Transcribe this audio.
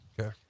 Okay